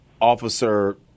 officer